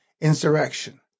insurrection